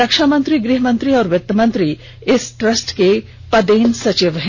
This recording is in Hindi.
रक्षामंत्री गृहमंत्री और वित्तमंत्री इस ट्रस्ट के पदेन सचिव हैं